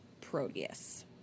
Proteus